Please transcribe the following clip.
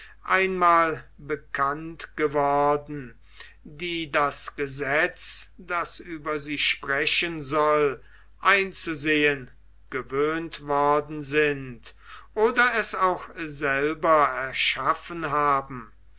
einmal bekannt geworden die das gesetz das über sie sprechen soll einzugehen gewöhnt worden sind oder es auch selber erschaffen haben